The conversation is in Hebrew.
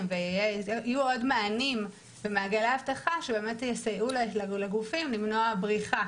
ויהיו עוד מענים ומעגלי אבטחה שבאמת יסייעו לגופים למנוע בריחה